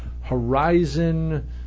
Horizon